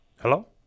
Hello